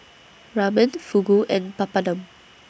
Ramen Fugu and Papadum